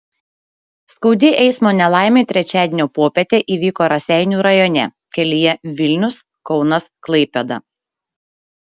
skaudi eismo nelaimė trečiadienio popietę įvyko raseinių rajone kelyje vilnius kaunas klaipėda